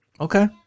Okay